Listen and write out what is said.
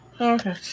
Okay